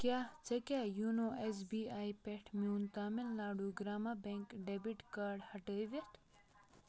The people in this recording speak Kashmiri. کیٛاہ ژےٚ کیٛاہ یوٗنو ایس بی آی پٮ۪ٹھ میون Tamil Nadu Grama bank debit card ہٹٲوِتھ